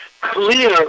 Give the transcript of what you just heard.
clear